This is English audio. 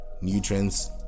nutrients